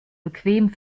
bequem